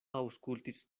aŭskultis